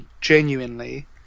genuinely